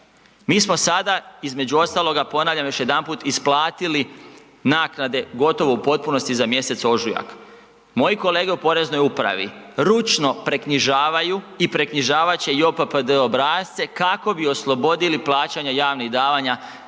Mi smo sada između ostaloga ponavljam još jedanput, isplatili naknade gotovo u potpunosti za mjesec ožujak. Moji kolege u Poreznoj upravi, ručno preknjižavaju i preknjižavat će JOPPD obrasce kako bi oslobodili plaćanja javnih davanje